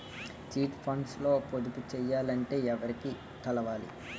Chit funds లో పొదుపు చేయాలంటే ఎవరిని కలవాలి?